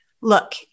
Look